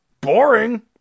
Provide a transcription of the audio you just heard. Boring